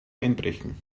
einbrechen